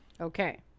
Okay